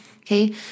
Okay